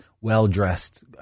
well-dressed